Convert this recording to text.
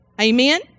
Amen